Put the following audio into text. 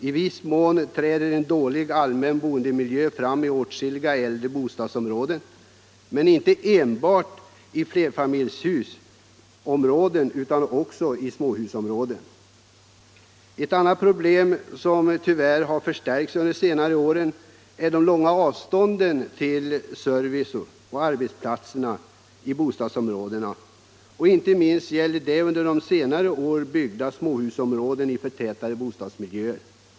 I viss mån träder en dålig allmän boendemiljö fram i åtskilliga äldre bostadsområden, men inte enbart i områden med flerfamiljshus utan också i småhusområden. Ett annat problem som tyvärr har förstärkts under senare år är de långa avstånden till service och arbetsplats från många bostadsområden —- inte minst gäller det de under senare år byggda småhusen i förtätade bostadsmiljöer.